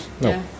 No